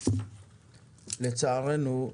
לצערנו,